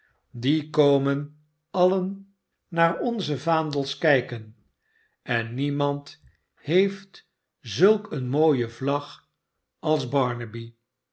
die komen alien naar onze vaandels kijken en niemand heeft zulk eene mooie vlag als